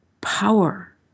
power